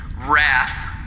Wrath